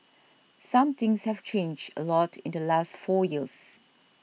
some things have changed a lot in the last four years